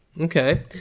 Okay